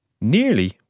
nearly